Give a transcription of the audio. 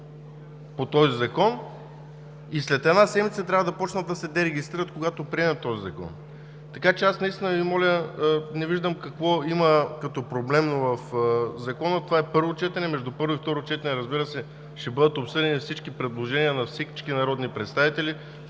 по този закон и след една седмица ще трябва да започнат да се дерегистрират, когато го приемем. Така че аз наистина Ви моля. Не виждам какво проблемно има в Закона. Това е първо четене. Между първо и второ четене, разбира се, ще бъдат обсъдени всички предложения на всички народни представители,